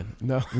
No